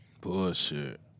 Bullshit